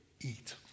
eat